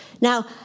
Now